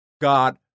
God